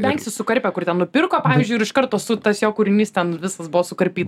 benksis sukarpė kur ten nupirko pavyzdžiuiir iš karto su tas jo kūrinys ten visas buvo sukarpyt